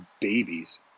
babies